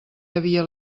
havia